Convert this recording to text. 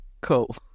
cool